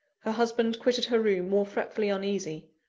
her husband quitted her room more fretfully uneasy,